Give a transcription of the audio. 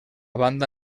banda